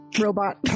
robot